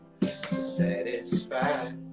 satisfied